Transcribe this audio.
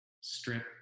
strip